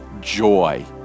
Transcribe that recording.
joy